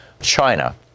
China